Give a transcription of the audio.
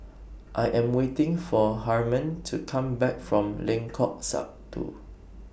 I Am waiting For Harmon to Come Back from Lengkok Satu